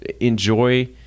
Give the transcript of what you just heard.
Enjoy